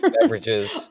beverages